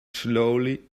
slowly